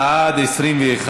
2016,